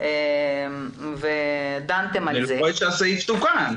אני מקווה שהסעיף תוקן.